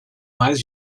mais